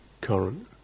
current